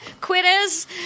Quitters